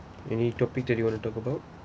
any topic that you want to talk about